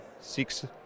six